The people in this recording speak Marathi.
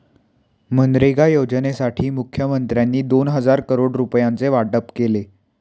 मनरेगा योजनेसाठी मुखमंत्र्यांनी दोन हजार करोड रुपयांचे वाटप केले